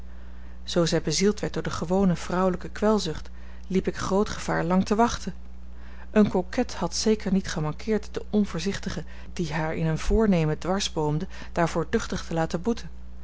zoo zij bezield werd door de gewone vrouwelijke kwelzucht liep ik groot gevaar lang te wachten eene coquette had zeker niet gemankeerd den onvoorzichtige die haar in een voornemen dwarsboomde daarvoor duchtig te laten boeten